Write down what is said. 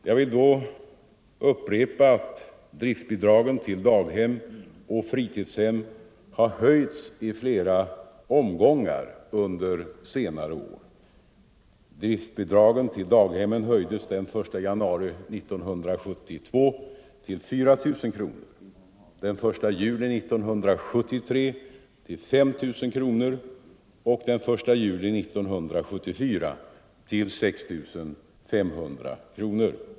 Jag vill upprepa att driftbidragen till daghem och fritidshem har höjts i flera omgångar under senare år. Driftbidragen till daghemmen höjdes den 1 januari 1972 till 4 000 kronor, den 1 juli 1973 till 5 000 kronor och den 1 juli 1974 till 6 500 kronor.